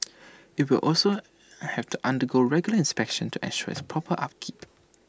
IT will also have to undergo regular inspections to ensure its proper upkeep